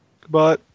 Goodbye